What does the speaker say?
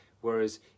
Whereas